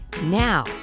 Now